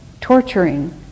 torturing